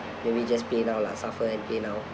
let me just pay now lah suffer and pay now